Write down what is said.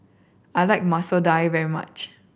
I like Masoor Dal very much